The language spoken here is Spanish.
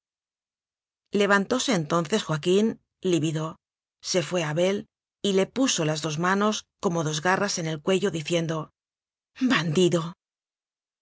levantóse entonces joaquín lívido se fué a abel y le puso las dos manos como dos ga rras en el cuello diciendo bandido